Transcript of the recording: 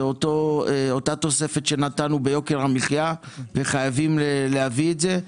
זה אותה תוספת שנתנו ביוקר המחיה וחייבים להביא את זה.